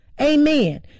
Amen